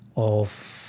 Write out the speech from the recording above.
of,